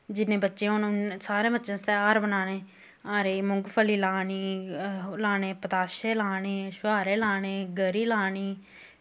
जिन्ने बच्चे होन सारैं बच्चैं आस्तै हार बनान्ने हांरे मुगफली लानी पतासे लान्ने छुहारे लान्ने गरी लानी